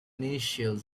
initial